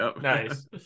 Nice